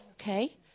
Okay